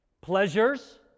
pleasures